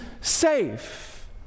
safe